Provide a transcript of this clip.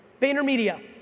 VaynerMedia